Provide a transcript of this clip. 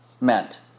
meant